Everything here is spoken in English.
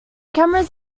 cameras